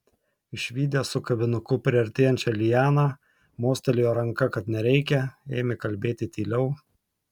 išvydęs su kavinuku priartėjančią lianą mostelėjo ranka kad nereikia ėmė kalbėti tyliau